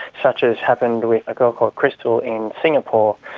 such as happened with a girl called crystal in singapore.